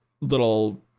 little